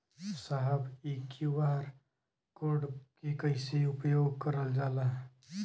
साहब इ QR code के कइसे उपयोग करल जाला?